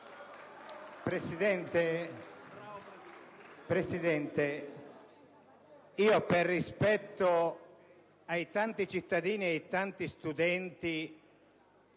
Presidente, per rispetto ai tanti cittadini e ai tanti studenti